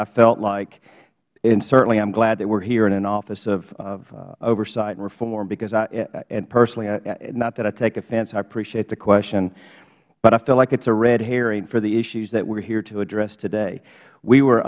i felt like and certainly i'm glad that we're here in an office of oversight and reform because personally not that i take offense i appreciate the question but i feel like it is a red hearing for the issues that we are here to address today we were